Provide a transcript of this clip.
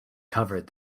covered